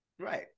right